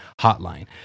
Hotline